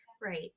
right